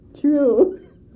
True